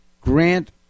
grant